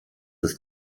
ist